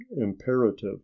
imperative